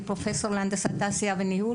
אני פרופסור להנדסת תעשייה וניהול,